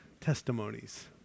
testimonies